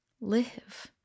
live